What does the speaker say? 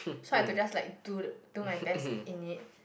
so I do just like do do my best in it